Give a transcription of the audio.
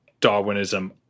Darwinism